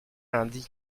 lundi